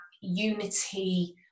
unity